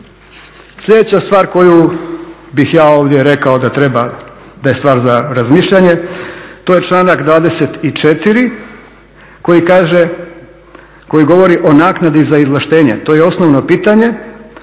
Sljedeća stvar koju bih ja ovdje rekao da treba, da je stvar za razmišljanje, to je članak 24. koji kaže, koji govori o naknadi za izvlaštenje, to je osnovno pitanje,